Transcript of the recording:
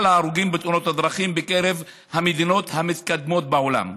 ההרוגים בתאונות הדרכים בקרב המדינות המתקדמות בעולם.